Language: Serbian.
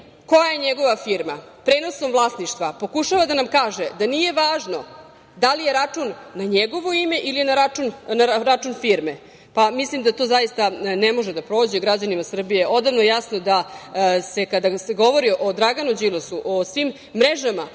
koja je njegova firma, prenosom vlasništva, pokušava da nam kaže da nije važno da li je račun na njegovo ime ili na račun firme. Mislim da to, zaista, ne može da prođe. Građanima Srbije je odavno jasno da se kada se govori o Draganu Đilasu, o svim mrežama,